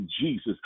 Jesus